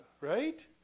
right